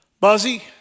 Buzzy